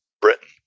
Britain